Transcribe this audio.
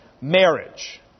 marriage